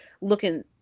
looking